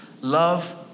Love